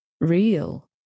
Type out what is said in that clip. real